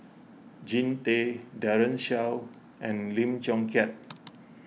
Jean Tay Daren Shiau and Lim Chong Keat